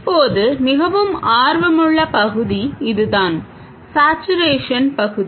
இப்போது மிகவும் ஆர்வமுள்ள பகுதி இதுதான் சேட்சுரேஷன் பகுதி